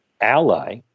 ally